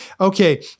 Okay